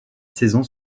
saison